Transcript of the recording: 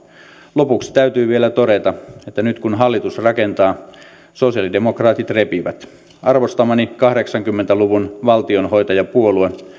lopuksi täytyy vielä todeta että nyt kun hallitus rakentaa sosialidemokraatit repivät arvostamani kahdeksankymmentä luvun valtionhoitajapuolue